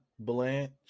Blanche